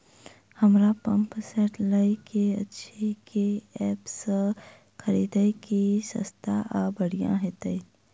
हमरा pump set लय केँ अछि केँ ऐप सँ खरिदियै की सस्ता आ बढ़िया हेतइ?